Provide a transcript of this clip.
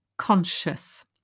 conscious